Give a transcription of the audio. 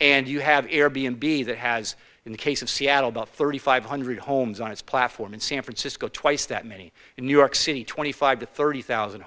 and you have air b n b that has in the case of seattle about thirty five hundred homes on its platform in san francisco twice that many in new york city twenty five to thirty thousand